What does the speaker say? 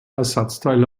ersatzteil